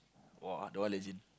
!woah! that one legend